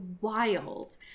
wild